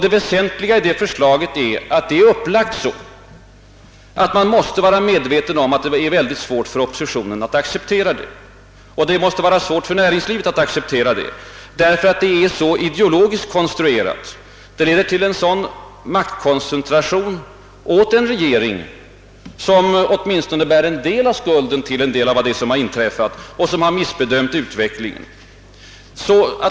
Det väsentliga i det förslaget är att det upplagts så, att regeringen måste ha varit medveten om att det var svårt för oppositionen att acceptera det och att det måste vara svårt för näringslivet att acceptera det, därför att det ideologiskt är så konstruerat att det leder till maktkoncentration åt en regering som bär åtminstone en del av skulden till det som har inträffat och som har missbedömt utvecklingen.